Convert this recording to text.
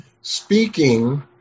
speaking